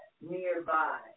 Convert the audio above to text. nearby